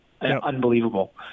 unbelievable